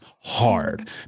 hard